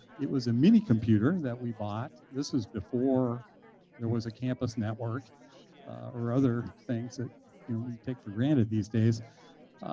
it was a mini computer that we bought. this was before there was a campus network or other things that you know we take for granted these days.